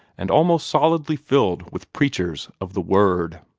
and almost solidly filled with preachers of the word.